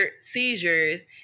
seizures